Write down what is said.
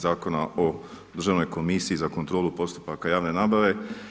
Zakona o državnoj komisiji za kontrolu postupaka javne nabave.